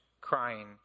crying